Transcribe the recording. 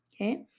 Okay